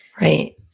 Right